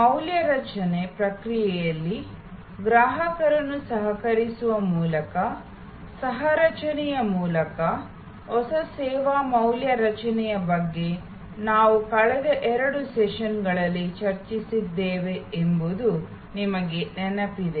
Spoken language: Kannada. ಮೌಲ್ಯ ರಚನೆ ಪ್ರಕ್ರಿಯೆಯಲ್ಲಿ ಗ್ರಾಹಕರನ್ನು ಸಹಕರಿಸುವ ಮೂಲಕ ಸಹ ರಚನೆಯ ಮೂಲಕ ಹೊಸ ಸೇವಾ ಮೌಲ್ಯ ರಚನೆಯ ಬಗ್ಗೆ ನಾವು ಕಳೆದ ಎರಡು ಸೆಷನ್ಗಳಲ್ಲಿ ಚರ್ಚಿಸುತ್ತಿದ್ದೇವೆ ಎಂಬುದು ನಿಮಗೆ ನೆನಪಿದೆ